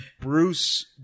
bruce